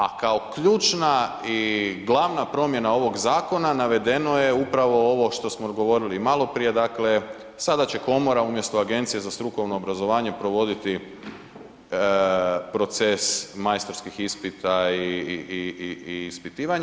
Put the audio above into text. A kao ključna i glavna promjena ovog zakona navedeno je upravo ovo što smo govorili i maloprije, dakle sada će komora umjesto Agencije za strukovno obrazovanje provoditi proces majstorskih ispita i ispitivanje.